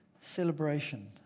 celebration